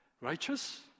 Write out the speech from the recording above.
Righteous